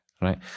right